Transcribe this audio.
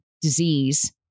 disease